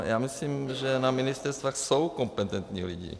Já myslím, že na ministerstvech jsou kompetentní lidi.